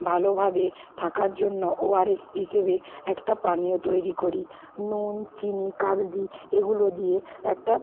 ভালোভাবে থাকার জন্য ওআরএস হিসেবে একটা পানীয় তৈরি করি নুন চিনি কাগজি এগুলো দিয়ে একটা